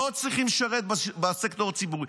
לא צריכים לשרת בסקטור הציבורי.